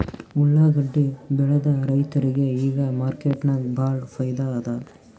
ಉಳ್ಳಾಗಡ್ಡಿ ಬೆಳದ ರೈತರಿಗ ಈಗ ಮಾರ್ಕೆಟ್ನಾಗ್ ಭಾಳ್ ಫೈದಾ ಅದಾ